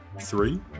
three